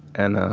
and